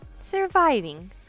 Surviving